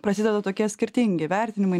prasideda tokie skirtingi vertinimai